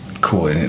cool